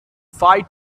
fight